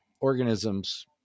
organisms